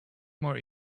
more